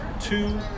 two